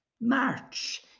March